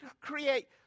create